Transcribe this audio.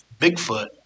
Bigfoot